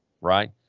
right